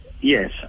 yes